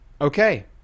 okay